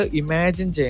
imagine